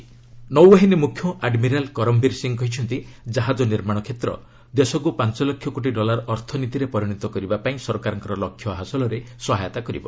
navy chief ନୌବାହିନୀ ମୁଖ୍ୟ admiral Karambir Singh କହିଛନ୍ତି ଜାହାଜ ନିର୍ମାଣ କ୍ଷେତ୍ର ଦେଶକୁ ପାଞ୍ଚ ଲକ୍ଷ କୋଟି ଡଲାର ଅର୍ଥନୀତିରେ ପରିଣତ କରିବା ପାଇଁ ସରକାରଙ୍କ ଲକ୍ଷ୍ୟ ହାସଲରେ ସହାୟତା କରିବ